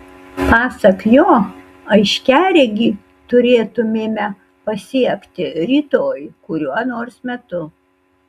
pasak jo aiškiaregį turėtumėme pasiekti rytoj kuriuo nors metu